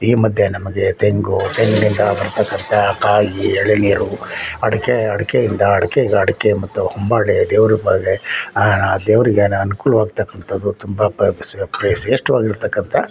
ಈ ಮಧ್ಯೆ ನಮಗೆ ತೆಂಗು ತೆಂಗಿನಿಂದ ಬರ್ತಕ್ಕಂಥ ಕಾಯಿ ಎಳನೀರು ಅಡಿಕೆ ಅಡಿಕೆ ಇಂದ ಅಡಿಕೆಗೆ ಅಡಿಕೆ ಮತ್ತು ಹೊಂಬಾಳೆ ದೇವ್ರ ಬಾ ದೇವರಿಗೆ ಎಲ್ಲ ಅನುಕೂಲವಾಗ್ತಕಂಥದ್ದು ತುಂಬ ಪ ಶ್ರೇಷ್ಠವಾಗಿ ಇರ್ತಕ್ಕಂಥ